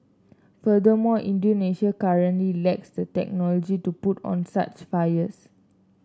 furthermore Indonesia currently lacks the technology to put out such fires